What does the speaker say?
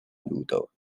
ludo